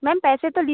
ma'am पैसे तो ली